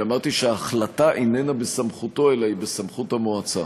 אמרתי שההחלטה איננה בסמכותו אלא היא בסמכות המועצה.